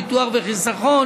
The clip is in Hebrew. ביטוח וחיסכון